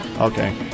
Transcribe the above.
Okay